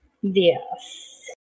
Yes